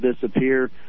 disappear